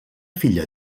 filla